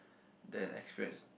then experience